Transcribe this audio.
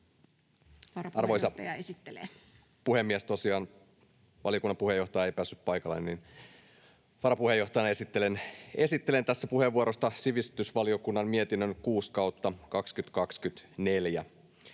Arvoisa puhemies! Tosiaan valiokunnan puheenjohtaja ei päässyt paikalle, niin varapuheenjohtajana esittelen tässä puheenvuorossa sivistysvaliokunnan mietinnön 6/2024.